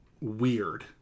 weird